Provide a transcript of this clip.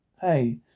Hey